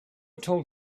told